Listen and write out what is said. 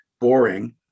boring